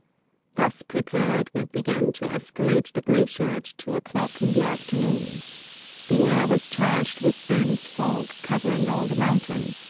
thus prepared we began to escalade the glacier at two o'clock in the afternoon the air was charged with dense fog covering all the mountain,